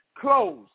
close